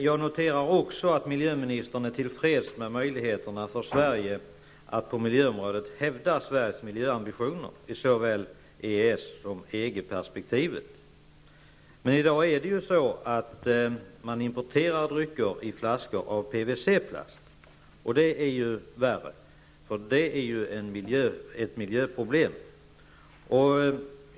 Jag noterar även att miljöministern är till freds med möjligheterna att hävda Sveriges ambitioner på miljöområdet i såväl Men i dag importerar man ju drycker i flaskor av PVC-plast, och det är värre. Detta är ju ett miljöproblem.